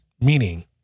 Meaning